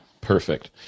perfect